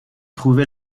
trouvé